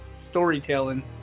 storytelling